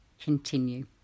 continue